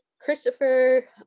Christopher